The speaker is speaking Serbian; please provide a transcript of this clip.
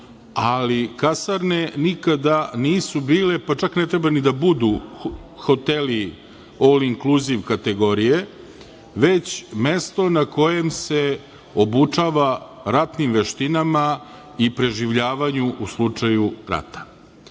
ali kasarne nikada nisu bile, pa čak ne treba ni da budu hoteli, „ol inkluziv“ kategorije, već mesto na kojem se obučava ratnim veštinama i preživljavanju u slučaju rata. Priče